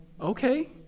Okay